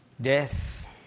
death